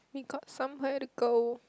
we got somewhere to go